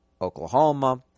Oklahoma